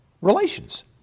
relations